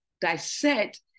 dissect